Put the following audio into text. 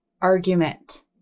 argument